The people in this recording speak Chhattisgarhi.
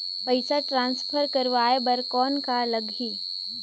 पइसा ट्रांसफर करवाय बर कौन का लगही?